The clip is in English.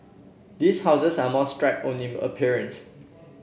these houses are more stripped own in appearance